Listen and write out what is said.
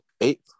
Eight